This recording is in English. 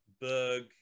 Berg